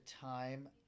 time